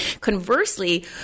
Conversely